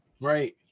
right